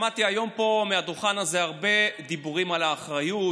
שמעתי היום פה מהדוכן הזה הרבה דיבורים על אחריות,